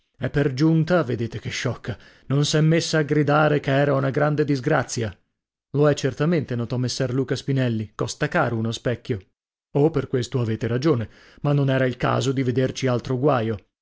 e per giunta vedete che sciocca non s'è messa a gridare che era una grande disgrazia lo è certamente notò messer luca spinelli costa caro uno specchio oh per questo avete ragione ma non era il caso di vederci altro guaio